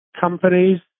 companies